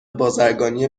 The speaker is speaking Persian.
بازرگانی